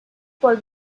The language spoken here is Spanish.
por